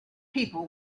people